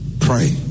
Pray